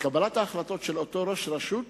מקבלת ההחלטות של אותו ראש רשות